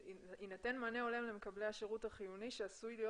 כי בהוראות יינתן מענה הולם למקבלי השירות החיוני שעשוי להיות